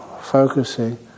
focusing